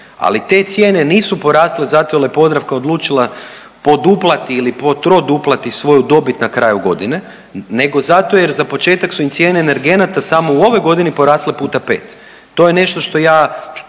Ali te cijene nisu porasle zato jer je Podravka odlučila poduplati ili po troduplati svoju dobit na kraju godine, nego zato jer za početak su im cijene energenata samo u ovoj godini porasle puta pet. To je nešto što ja